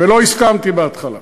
ולא הסכמתי בהתחלה,